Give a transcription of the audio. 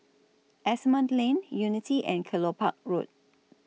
Asimont Lane Unity and Kelopak Road